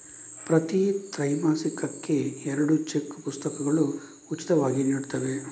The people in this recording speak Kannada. ಪ್ರತಿ ತ್ರೈಮಾಸಿಕಕ್ಕೆ ಎರಡು ಚೆಕ್ ಪುಸ್ತಕಗಳು ಉಚಿತವಾಗಿ ನೀಡುತ್ತವೆ